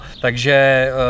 Takže